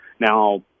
Now